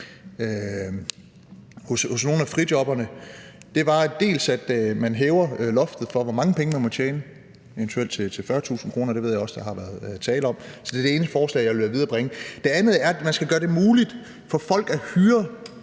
fra nogle af frijobberne, er som det første: at man hæver loftet for, hvor mange penge man må tjene, eventuelt til 40.000 kr. – det ved jeg også der har været tale om. Det er det ene forslag, jeg vil viderebringe. Det andet er, at man skal gøre det muligt for folk at hyre